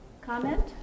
Comment